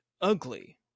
ugly